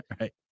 right